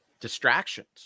distractions